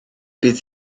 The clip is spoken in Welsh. bydd